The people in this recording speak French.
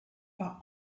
par